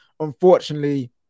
Unfortunately